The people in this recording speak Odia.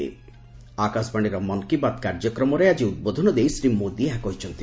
ଆକାଶବାଣୀର ମନ କି ବାତ କାର୍ଯ୍ୟକ୍ରମରେ ଆଜି ଉଦ୍ବୋଧନ ଦେଇ ଶ୍ରୀ ମୋଦୀ ଏହା କହିଚ୍ଚନ୍ତି